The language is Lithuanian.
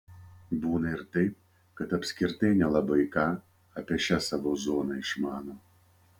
būna ir taip kad apskritai nelabai ką apie šią savo zoną išmano